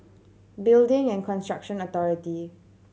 Building and Construction Authority